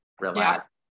relax